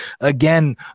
again